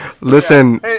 Listen